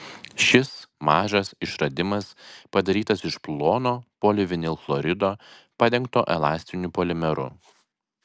šis mažas išradimas padarytas iš plono polivinilchlorido padengto elastiniu polimeru